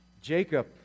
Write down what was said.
Jacob